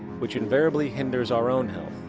which invariably hinders our own health.